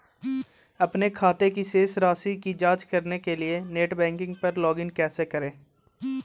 अपने खाते की शेष राशि की जांच करने के लिए नेट बैंकिंग पर लॉगइन कैसे करें?